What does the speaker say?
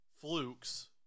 flukes